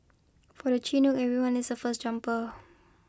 for the Chinook everyone is a first jumper